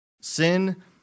Sin